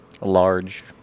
Large